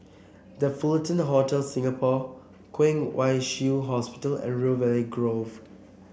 The Fullerton Hotel Singapore Kwong Wai Shiu Hospital and River Valley Grove